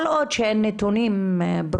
כל עוד אין נתונים ברורים,